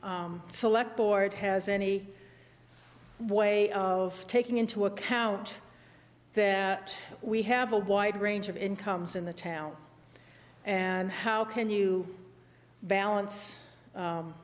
select board has any way of taking into account that we have a wide range of incomes in the town and how can you balance